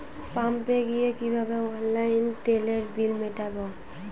পাম্পে গিয়ে কিভাবে অনলাইনে তেলের বিল মিটাব?